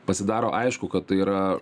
pasidaro aišku kad tai yra